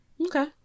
okay